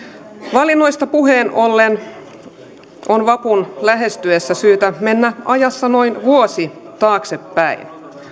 valinnoista puheen ollen on vapun lähestyessä syytä mennä ajassa noin vuosi taaksepäin